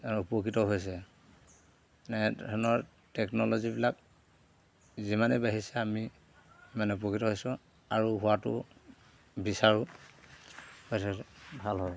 আৰু উপকৃতও হৈছে এনেধৰণৰ টেকন'লজিবিলাক যিমানেই বাঢ়িছে আমি সিমানে উপকৃত হৈছোঁ আৰু হোৱাতো বিচাৰোঁ ভাল হয়